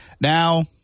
now